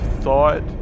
thought